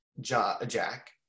jack